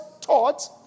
taught